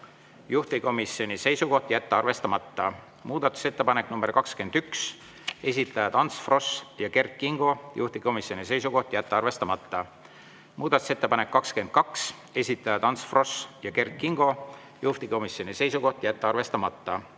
juhtivkomisjoni seisukoht on jätta arvestamata. Muudatusettepanek nr 21, esitajad Ants Frosch ja Kert Kingo, juhtivkomisjoni seisukoht on jätta arvestamata. Muudatusettepanek nr 22, esitajad Ants Frosch ja Kert Kingo, juhtivkomisjoni seisukoht on jätta arvestamata.